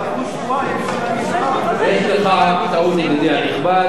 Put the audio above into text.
תתחייב על דיון נוסף, אני מושך את ההצעה.